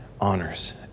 honors